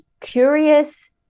curious